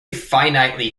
finitely